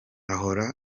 ahora